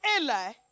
Eli